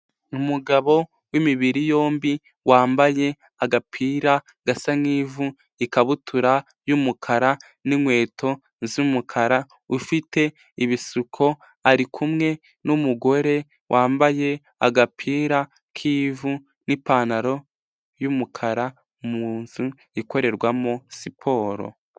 Ni umugabo w'imibiri yombi wambaye agapira gasa nki'vu, ikabutura y'umukara n'inkweto z'umukara, ufite ibisuko ari kumwe n'umugore wambaye agapira k'ivu n'ipantaro y'umukara mu nzu ikorerwamo siporo.